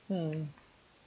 mm